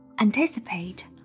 anticipate